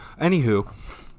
Anywho